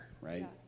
right